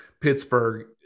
Pittsburgh